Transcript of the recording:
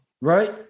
right